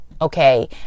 okay